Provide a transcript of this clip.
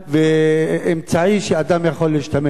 ואמצעי שאדם יכול להשתמש בו.